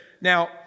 now